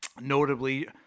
Notably